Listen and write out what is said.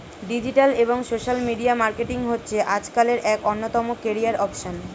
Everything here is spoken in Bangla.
ডিজিটাল এবং সোশ্যাল মিডিয়া মার্কেটিং হচ্ছে আজকালের এক অন্যতম ক্যারিয়ার অপসন